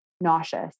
nauseous